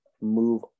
move